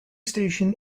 station